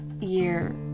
year